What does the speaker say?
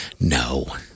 No